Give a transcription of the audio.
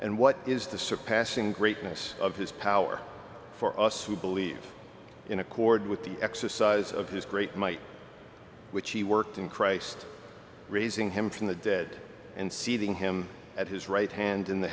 and what is the surpassing greatness of his power for us who believe in accord with the exercise of his great might which he worked in christ raising him from the dead and seating him at his right hand in the